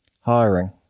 hiring